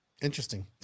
interesting